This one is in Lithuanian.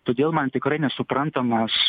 todėl man tikrai nesuprantamas